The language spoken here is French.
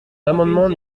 l’amendement